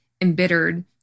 embittered